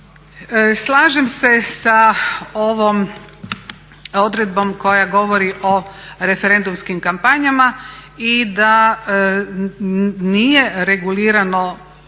Slažem se sa ovom odredbom koja govori o referendumskim kampanja i da nije regulirano